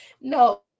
no